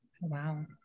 Wow